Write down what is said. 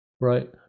right